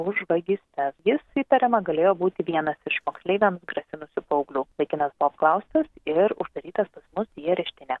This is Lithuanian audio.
už vagystes jis įtariama galėjo būti vienas iš moksleiviams grasinusių paauglių vaikinas buvo apklaustas ir uždarytas pas mus į areštinę